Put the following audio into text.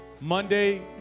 Monday